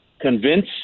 convince